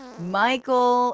Michael